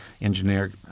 engineer